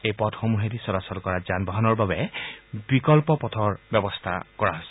এই পথসমূহেদি চলাচল কৰা যান বাহনৰ বাবে বিকল্প পথৰ ব্যৱস্থা কৰা হৈছে